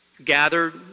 gathered